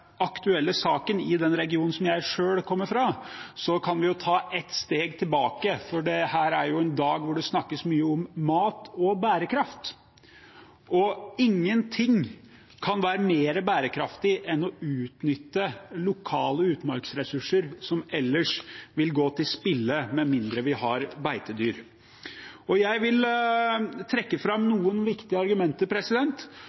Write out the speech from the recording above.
aktuelle saken i den regionen som jeg selv kommer fra, kan vi ta ett steg tilbake. Dette er en dag hvor det snakkes mye om mat og bærekraft, og ingenting kan være mer bærekraftig enn å utnytte lokale utmarksressurser som vil gå til spille med mindre vi har beitedyr. Jeg vil trekke fram